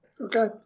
Okay